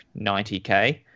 90k